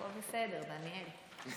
הכול בסדר, דניאל.